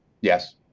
Yes